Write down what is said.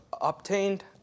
obtained